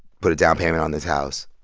put a down payment on his house.